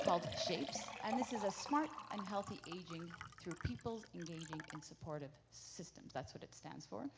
called shapes. and this is a smart and healthy aging through people engaging in supported systems. that's what it stands for.